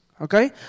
Okay